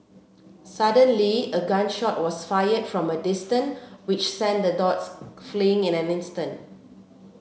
suddenly a gun shot was fired from a distance which sent the dogs fleeing in an instant